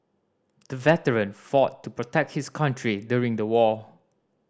the veteran fought to protect his country during the war